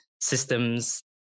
systems